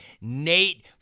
Nate